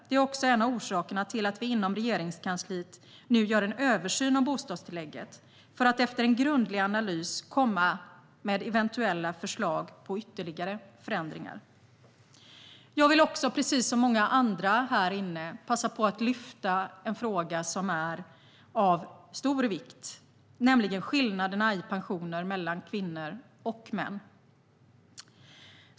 Det är också en av orsakerna till att vi inom Regeringskansliet gör en översyn av bostadstillägget för att efter en grundlig analys komma med eventuella förslag på ytterligare förändringar. Jag vill också, precis som många andra här inne, passa på att lyfta fram en fråga som är av stor vikt, nämligen skillnaderna i pensioner mellan kvinnor och män.